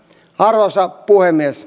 arvoisa puhemies